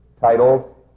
titles